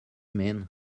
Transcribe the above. mean